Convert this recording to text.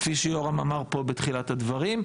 כפי שיורם אמר פה בתחילת הדברים.